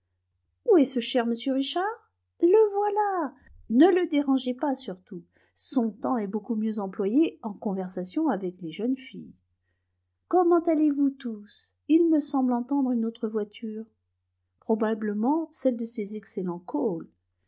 est ce cher m richard le voilà ne le dérangez pas surtout son temps est beaucoup mieux employé en conversation avec les jeunes filles comment allez-vous tous il me semble entendre une autre voiture probablement celle de ces excellents cole